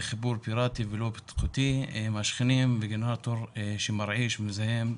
חיבור פירטי ולא בטיחותי מהשכנים וגנרטור שמרעיש ומזהם,